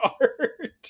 art